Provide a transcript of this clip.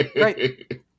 right